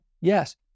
Yes